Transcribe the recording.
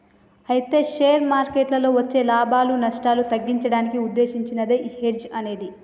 అయితే షేర్ మార్కెట్లలో వచ్చే లాభాలు నష్టాలు తగ్గించడానికి ఉద్దేశించినదే ఈ హెడ్జ్ అనేది